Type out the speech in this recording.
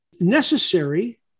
necessary